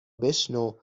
بشنو